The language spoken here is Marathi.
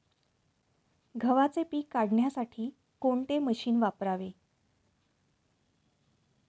गव्हाचे पीक काढण्यासाठी कोणते मशीन वापरावे?